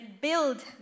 build